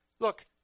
Look